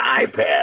iPad